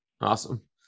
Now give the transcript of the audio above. Awesome